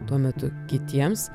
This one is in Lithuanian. tuo metu kitiems